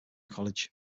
college